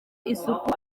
isuku